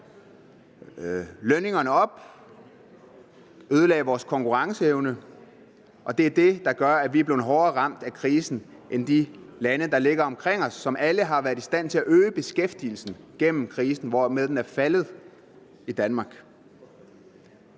lønningerne op og ødelagde vores konkurrenceevne. Det er det, der gør, at vi er blevet hårdere ramt af krisen end de lande, der ligger omkring os, som alle har været i stand til at øge beskæftigelsen gennem krisen, hvorimod den er faldet i Danmark.